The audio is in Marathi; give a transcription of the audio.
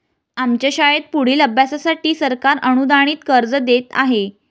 आमच्या शाळेत पुढील अभ्यासासाठी सरकार अनुदानित कर्ज देत आहे